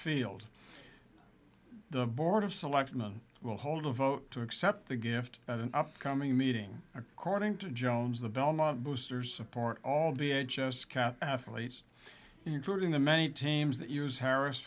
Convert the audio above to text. field the board of selectmen will hold a vote to accept the gift at an upcoming meeting according to jones the belmont boosters support all the h s cat athletes including the many teams that use harris